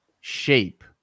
shape